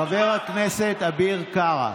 חברי הליכוד הם צבועים מארץ הצבועים.